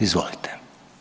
Izvolite.